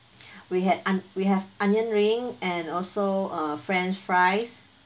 we had oni~ we have onion ring and also uh french fries